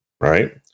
Right